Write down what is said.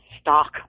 stock